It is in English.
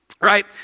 Right